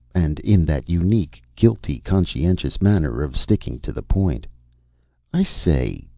and in that unique, guiltily conscientious manner of sticking to the point i say.